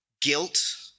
guilt